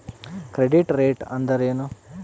Credit rate ಅಂದರೆ ಏನು?